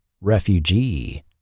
Refugee